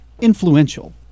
influential